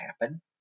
happen